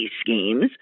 schemes